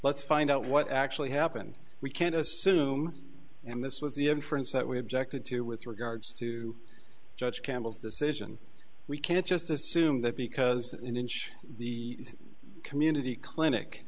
let's find out what actually happened we can't assume and this was the inference that we objected to with regards to judge campbell's decision we can't just assume that because an inch the community clinic